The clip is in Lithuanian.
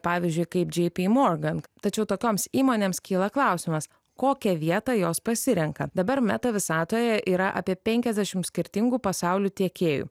pavyzdžiui kaip jpy morgan tačiau tokioms įmonėms kyla klausimas kokią vietą jos pasirenka dabar meta visatoje yra apie penkiasdešim skirtingų pasaulių tiekėjų